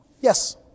yes